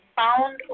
pound